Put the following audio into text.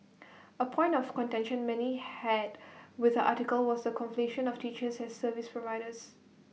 A point of contention many had with article was the conflation of teachers as service providers